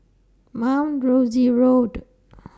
Mount Rosie Road